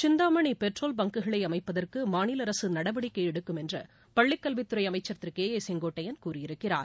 Chintamani petrol பங்குகளை அமைப்பதற்கு மாநில அரசு நடவடிக்கை எடுக்கும் என்று பள்ளிக்கல்வித்துறை அமைச்சர் திரு கே ஏ செங்கோட்டையன் கூறியிருக்கிறார்